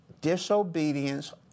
disobedience